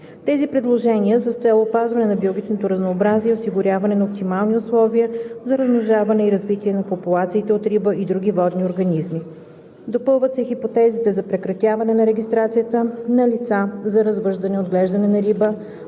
Тези предложения са с цел опазване на биологичното разнообразие и осигуряване на оптимални условия за размножаване и развитие на популациите от риба и други водни организми. Допълват се хипотезите за прекратяване на регистрацията на лица за развъждане и отглеждане на риба